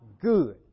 good